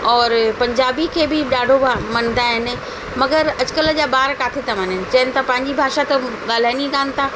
और पंजाबी खे बि ॾाढो मञंदा आहिनि मगरि अॼुकल्ह जा ॿार किथे था मञनि चइनि था पंहिंजी भाषा त ॻाल्हाइनि ई कान था